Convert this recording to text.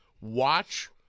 Watch